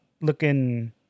looking